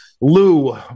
Lou